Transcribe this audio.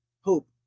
hope